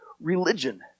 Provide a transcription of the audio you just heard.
religion